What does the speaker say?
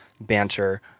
banter